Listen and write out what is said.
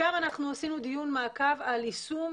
שם אנחנו עשינו דיון מעקב על יישום